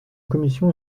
commission